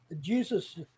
Jesus